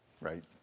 right